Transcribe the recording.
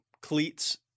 cleats